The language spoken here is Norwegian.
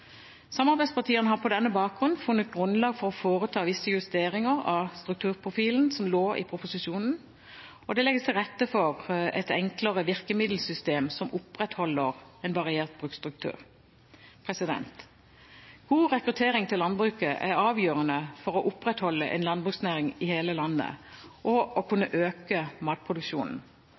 Samarbeidspartiene har på denne bakgrunn funnet grunnlag for å foreta visse justeringer av strukturprofilen som lå i proposisjonen. Det legges til rette for et enklere virkemiddelsystem, som opprettholder en variert bruksstruktur. God rekruttering til landbruket er avgjørende for å opprettholde en landbruksnæring i hele landet og for å kunne øke matproduksjonen.